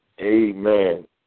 Amen